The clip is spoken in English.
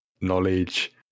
knowledge